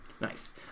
nice